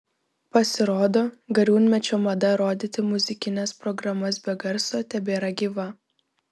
pasirodo gariūnmečio mada rodyti muzikines programas be garso tebėra gyva